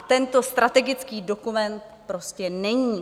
Tento strategický dokument prostě není.